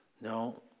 No